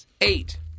eight